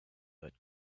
that